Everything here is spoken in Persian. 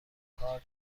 کار